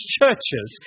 churches